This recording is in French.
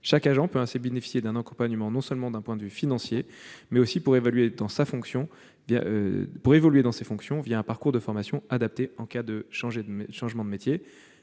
Chaque agent peut ainsi bénéficier d'un accompagnement non seulement d'un point de vue financier, mais aussi pour évoluer dans ses fonctions un parcours de formation adapté en cas de changement de métier.